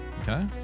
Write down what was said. Okay